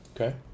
Okay